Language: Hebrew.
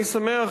אני שמח,